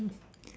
mm